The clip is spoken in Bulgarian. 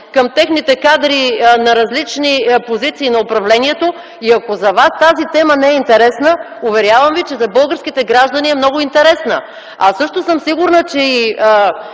към техните кадри на различни позиции на управлението. Ако за вас тази тема не е интересна, уверявам ви, че за българските граждани е много интересна. Също съм сигурна, че